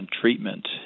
treatment